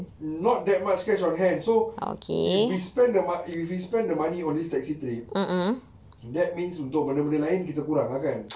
not that much cash on hand so if we spend the mo~ if we spend the money on this taxi trip that means untuk benda-benda lain kita kurang lah kan